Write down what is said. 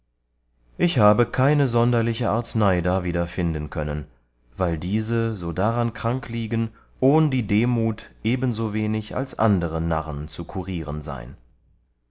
ich habe keine sonderliche arznei darwider finden können weil diese so daran krank liegen ohn die demut ebensowenig als andere narren zu kurieren sein